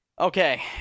okay